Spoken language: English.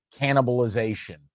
cannibalization